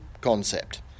concept